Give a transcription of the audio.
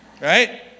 right